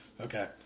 Okay